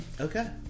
Okay